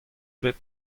bet